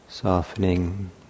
softening